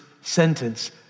sentence